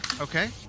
Okay